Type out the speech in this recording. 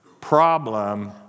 Problem